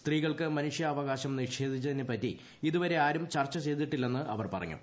സ്ത്രീകൾക്ക് മനുഷ്യാവകാശം നിഷേധിച്ചതിനെപ്പറ്റി ഇതുവരെ ആരും ചർച്ച ചെയ്തിട്ടില്ലെന്ന് അവർ പറഞ്ഞു